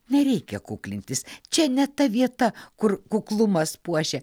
nereikia kuklintis čia ne ta vieta kur kuklumas puošia